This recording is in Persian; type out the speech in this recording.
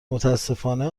متاسفانه